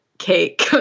cake